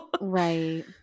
Right